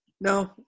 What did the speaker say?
No